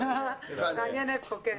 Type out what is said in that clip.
מעניין איפה, כן.